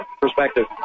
perspective